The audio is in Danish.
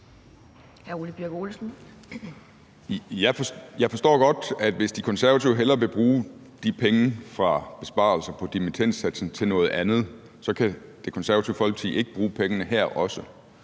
Jeg forstår godt, at hvis Det Konservative Folkeparti hellere vil bruge de penge fra besparelser på dimittendsatsen til noget andet, så kan Det Konservative Folkeparti ikke også bruge pengene her.